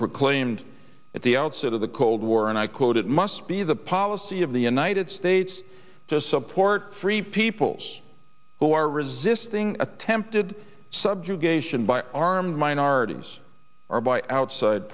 proclaimed at the outset of the cold war and i quote it must be the policy of the united states to support free peoples who are resisting attempted subjugation by armed minorities or by outside